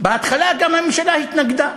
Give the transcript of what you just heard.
בהתחלה גם הממשלה התנגדה.